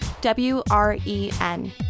W-R-E-N